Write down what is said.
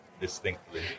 distinctly